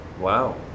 Wow